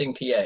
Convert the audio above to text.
PA